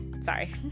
sorry